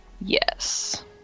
yes